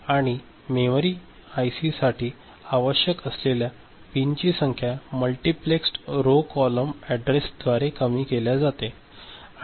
आणि मेमरी आयसीसाठी आवश्यक असलेल्या पिनची संख्या मल्टीप्लेस्टेड रो कॉलम अॅड्रेसद्वारे कमी केल्या जाते